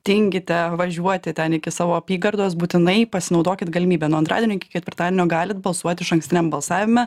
tingite važiuoti ten iki savo apygardos būtinai pasinaudokit galimybe nuo antradienio iki ketvirtadienio galit balsuoti išankstiniam balsavime